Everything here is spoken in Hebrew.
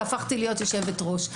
והפכתי להיות יושבת-ראש.